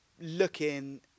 looking